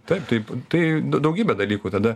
taip taip tai da daugybė dalykų tada